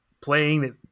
playing